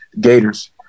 Gators